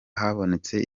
habonetse